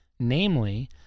Namely